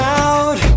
out